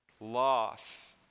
loss